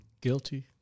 Guilty